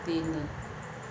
ତିନି